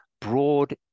broad